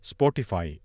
Spotify